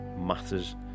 matters